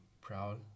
proud